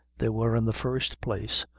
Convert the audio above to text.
there were, in the first place,